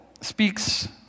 speaks